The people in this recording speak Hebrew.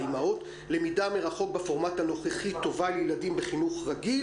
האימהות: למידה מרחוק בפורמט הנוכחי טובה לילדים בחינוך רגיל,